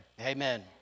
Amen